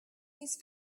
these